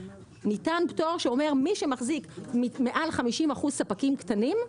ניתן פטור למי שמוכר מעל ל-50% ספקים קטנים,